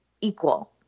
equal